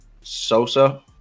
Sosa